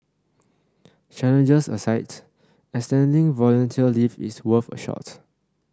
challenges aside extending volunteer leave is worth a shot